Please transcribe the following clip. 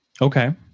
okay